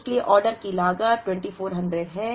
इसलिए ऑर्डर की लागत 2400 है